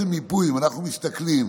אם אנחנו מסתכלים